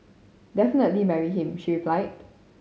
definitely marry him she replied